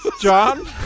John